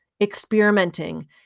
experimenting